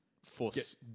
force